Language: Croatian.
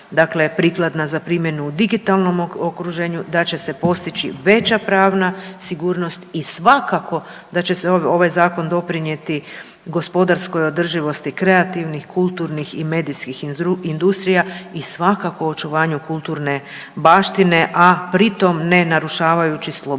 prava prikladna za primjenu digitalnom okruženju, da će se postići veća pravna sigurnost i svakako da će ovaj zakon doprinijeti gospodarskoj održivosti kreativnih, kulturnih i medijskih industrija i svakako očuvanju kulturne baštine, a pri tom ne narušavajući slobodu